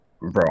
Bro